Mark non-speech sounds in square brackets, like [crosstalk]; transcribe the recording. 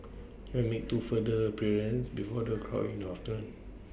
they will make two further appearances before [noise] the crowd in afternoon